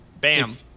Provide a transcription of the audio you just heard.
bam